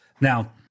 Now